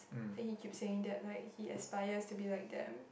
then he keep saying that like he aspires to be like them